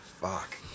fuck